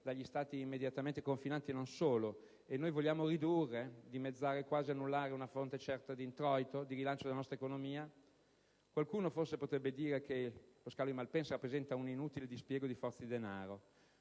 dagli Stati immediatamente confinanti e non solo. E noi vogliamo ridurre, dimezzare, quasi annullare una fonte certa di introito e di rilancio della nostra economia? Qualcuno potrebbe forse dire che lo scalo di Malpensa rappresenta un inutile dispiego di forze e di denaro.